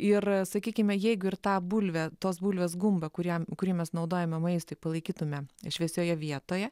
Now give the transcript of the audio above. ir sakykime jeigu ir tą bulvę tos bulvės gumbą kuriam kurį mes naudojame maistui palaikytume šviesioje vietoje